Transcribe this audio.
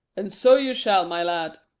and so you shall, my lad,